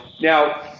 Now